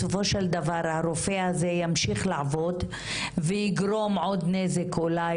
בסופו של דבר הרופא הזה ימשיך לעבוד ויגרום עוד נזק אולי